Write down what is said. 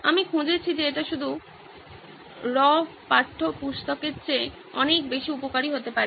আমি খুঁজেছি যে এটা শুধু অরূপান্তরিত পাঠ্যপুস্তকের চেয়ে অনেক বেশী উপকারী হতে পারে